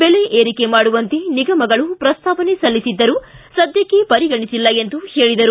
ಬೆಲೆ ಏರಿಕೆ ಮಾಡುವಂತೆ ನಿಗಮಗಳು ಪ್ರಸ್ತಾವನೆ ಸಲ್ಲಿಸಿದ್ದರೂ ಸದ್ದಕ್ಕೆ ಪರಿಗಣಿಸಿಲ್ಲ ಎಂದು ಹೇಳಿದರು